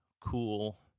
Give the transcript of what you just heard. cool